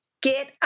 get